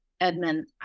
Edmund